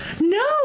No